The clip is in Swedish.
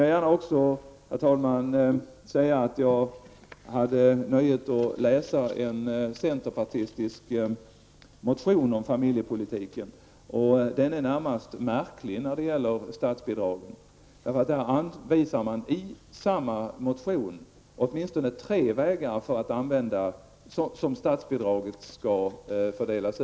Jag vill också gärna säga att jag hade nöjet att läsa en centerpartistisk motion om familjepolitiken. Den är närmast märklig när det gäller statsbidragen. I samma motion anvisas åtminstone tre vägar för hur stadsbidraget skall fördelas.